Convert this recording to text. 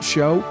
Show